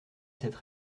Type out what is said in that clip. cette